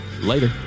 Later